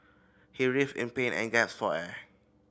he writhed in pain and gasped for air